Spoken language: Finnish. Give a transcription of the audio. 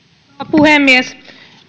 puhemies